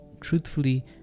truthfully